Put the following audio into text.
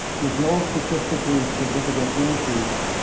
there's no statistically significant increase.